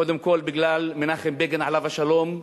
קודם כול בגלל מנחם בגין, עליו השלום,